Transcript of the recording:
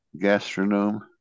Gastronome